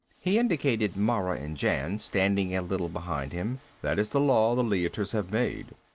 he indicated mara and jan, standing a little behind him. that is the law the leiters have made.